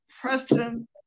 Preston